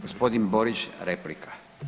Gospodin Borić replika.